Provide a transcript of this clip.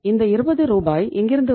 இந்த இருபது ரூபாய் எங்கிருந்து வரும்